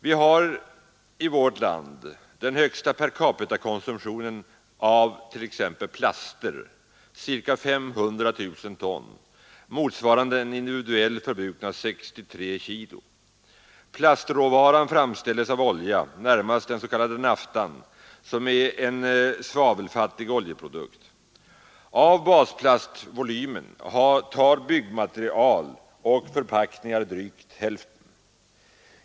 Vi har i vårt land den högsta perkapitakonsumtionen av t.ex. plaster, ca 500 000 ton, motsvarande en individuell förbrukning av 63 kg. Plastråvaran framställes av olja, närmast den s.k. naftan, som är en svavelfattig oljeprodukt. Av basplastvolymen tar byggmaterial och förpackningar drygt hälften.